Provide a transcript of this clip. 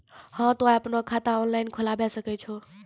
हाँ तोय आपनो खाता ऑनलाइन खोलावे सकै छौ?